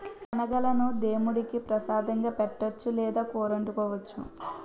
శనగలను దేముడికి ప్రసాదంగా పెట్టొచ్చు లేదా కూరొండుకోవచ్చు